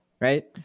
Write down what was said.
right